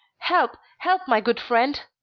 help, help, my good friend!